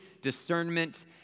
discernment